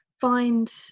find